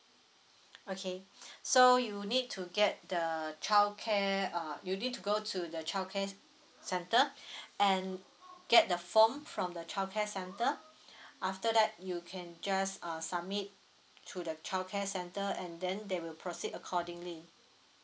okay so you need to get the childcare uh you need to go to the childcare centre and get the form from the childcare centre after that you can just uh submit to the childcare centre and then they will proceed accordingly